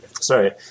sorry